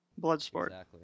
Bloodsport